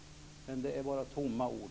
Men det är tyvärr bara tomma ord.